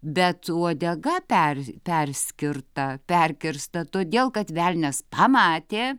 bet uodega per perskirta perkirsta todėl kad velnias pamatė